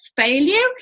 failure